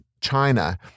China